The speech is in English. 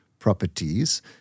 properties